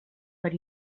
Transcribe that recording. per